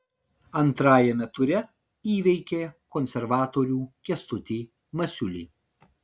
antrajame ture įveikė konservatorių kęstutį masiulį